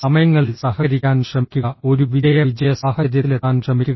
സമയങ്ങളിൽ സഹകരിക്കാൻ ശ്രമിക്കുക ഒരു വിജയ വിജയ സാഹചര്യത്തിലെത്താൻ ശ്രമിക്കുക